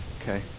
Okay